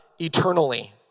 eternally